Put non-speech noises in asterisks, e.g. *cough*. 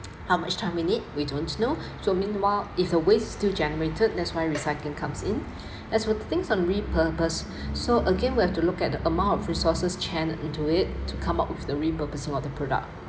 how much time we need we don't know so meanwhile if a waste still generated that's why recycling comes in *breath* as we things on repurpose so again we have to look at the amount of resources channelled into it to come up with the repurposing of the product